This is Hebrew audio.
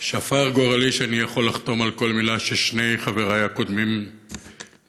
שפר גורלי שאני יכול לחתום על כל מילה ששני חבריי הקודמים אמרו,